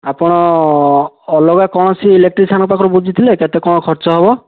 ଆପଣ ଅଲଗା କୌଣସି ଇଲେକ୍ଟ୍ରିସିଆନ୍ ପାଖରୁ ବୁଝିଥିଲେ କେତେ କ'ଣ ଖର୍ଚ୍ଚ ହେବ